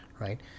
Right